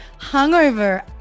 hungover